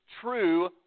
true